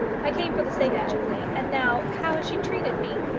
i came for the sake of julie and now how has she treated me?